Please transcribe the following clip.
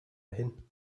hin